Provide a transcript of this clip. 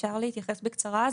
אפשר להתייחס בקצרה?